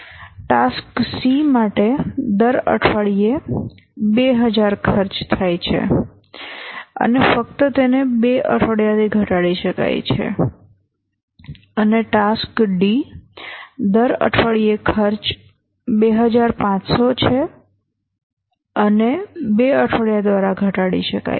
task C માટે દર અઠવાડિયે 2000 ખર્ચ થાય છે અને ફક્ત તેને 2 અઠવાડિયાથી ઘટાડી શકાય છે અને ટાસ્ક D દર અઠવાડિયે ખર્ચ 2500 છે અને 2 અઠવાડિયા દ્વારા ઘટાડી શકાય છે